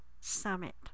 Summit